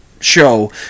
show